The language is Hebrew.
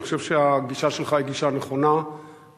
אני חושב שהגישה שלך היא גישה נכונה ובאמת